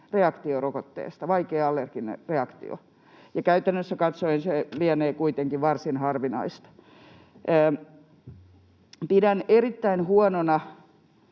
reaktio rokotteesta, vaikea allerginen reaktio. Käytännössä katsoen se lienee kuitenkin varsin harvinaista. Pidän erittäin huonona